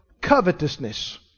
covetousness